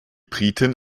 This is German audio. briten